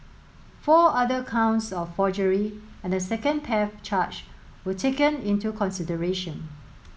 four other counts of forgery and a second theft charge were taken into consideration